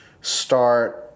start